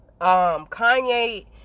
Kanye